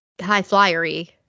high-flyery